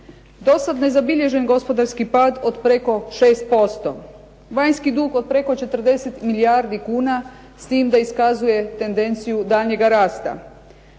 Dosad nezabilježen gospodarski pad od preko 6%, vanjski dug od preko 40 milijardi kuna s tim da iskazuje tendenciju daljnjega rasta,